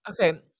Okay